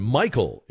michael